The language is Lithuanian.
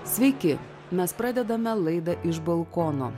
sveiki mes pradedame laidą iš balkono